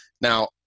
Now